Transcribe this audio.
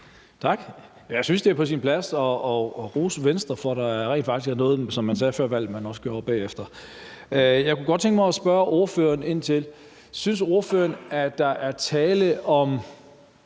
Tak. Jeg synes, det er på sin plads at rose Venstre for, at der rent faktisk er noget, som man sagde før valget, som man også gjorde bagefter. Jeg kunne godt tænke mig at spørge ordføreren ind til noget. Der er jo